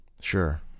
Sure